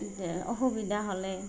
অসুবিধা হ'লে